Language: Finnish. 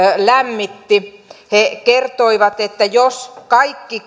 lämmitti he kertoivat että jos kaikki